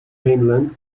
mainland